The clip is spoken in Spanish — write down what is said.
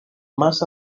más